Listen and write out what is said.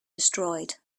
destroyed